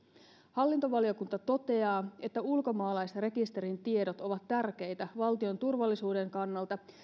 hallintovaliokunta toteaa että ulkomaalaisrekisterin tiedot ovat tärkeitä valtion turvallisuuden kannalta